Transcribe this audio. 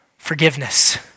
forgiveness